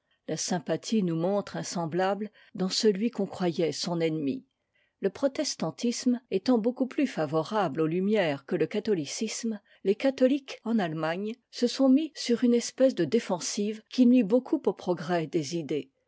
la sympathie nous montre un semblable dans celui qu'on croyait son ennemi le protestantisme étant beaucoup plus favorable aux lumières que le catholicisme les catholiques en allemagne se sont mis sur une espèce de défensive qui nuit beaucoup au progrès des idées